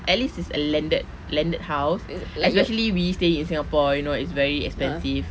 at least it's a landed landed house especially we stay in singapore you know it's very expensive